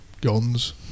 guns